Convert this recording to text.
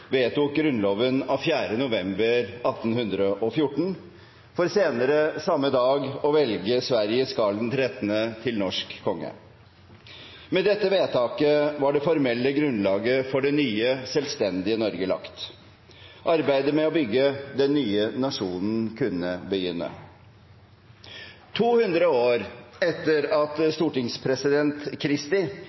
vedtok grunnloven av 4. november 1814, for senere samme dag å velge Sveriges Carl XIII til norsk konge. Med dette vedtaket var det formelle grunnlaget for det nye selvstendige Norge lagt. Arbeidet med å bygge den nye nasjonen kunne begynne. 200 år etter at stortingspresident